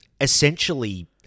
essentially